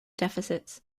deficits